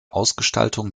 ausgestaltung